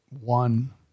One